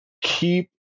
keep